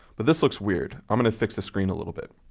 but this looks weird. i'm going to fix the screen a little bit.